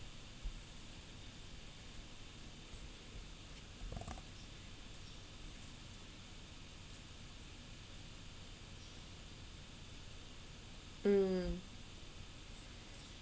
mm